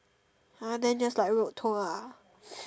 !huh! then just like road tour ah